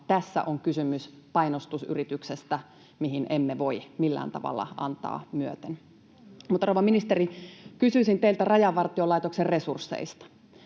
Tässä on kysymys painostusyrityksestä, mihin emme voi millään tavalla antaa myöten. Mutta, rouva ministeri, kysyisin teiltä Rajavartiolaitoksen resursseista: